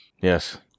Yes